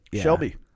Shelby